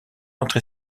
entre